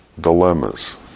dilemmas